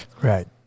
right